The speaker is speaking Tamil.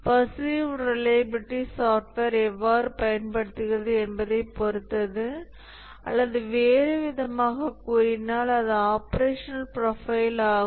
பர்சீவ்ட் ரிலையபிலிட்டி சாஃப்ட்வேர் எவ்வாறு பயன்படுத்தப்படுகிறது என்பதைப் பொறுத்தது அல்லது வேறுவிதமாகக் கூறினால் அது ஆபரேஷனல் ப்ரொபைல் ஆகும்